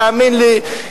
תאמין לי.